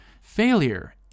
Failure